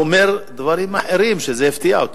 עכשיו הוא אומר דברים אחרים, וזה הפתיע אותי.